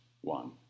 one